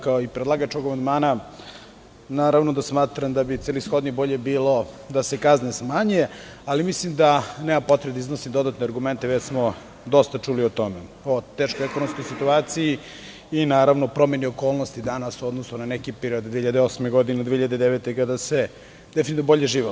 Kao i predlagač ovog amandmana, i ja smatram da bi celishodno i bolje bilo da se kazne smanje, ali mislim da nema potrebe da iznosim dodatne argumente, već smo dosta čuli o tome, o teškoj ekonomskoj situaciji, promeni okolnosti danas u odnosu na neki period od 2008. do 2009. godine, kada se definitivno bolje živelo.